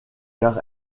car